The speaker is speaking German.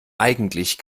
eigentlich